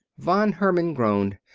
von herman groaned.